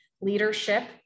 leadership